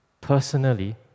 personally